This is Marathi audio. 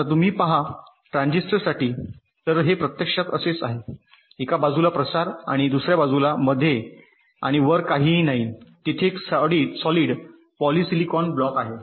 आता तुम्ही पहा ट्रान्झिस्टरसाठी तर हे प्रत्यक्षात असेच आहे एका बाजूला प्रसार आणि दुसर्या बाजूला मधे आणि वर काहीही नाही तेथे एक सॉलिड पॉलीसिलॉन ब्लॉक आहे